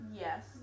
Yes